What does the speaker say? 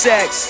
Sex